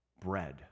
bread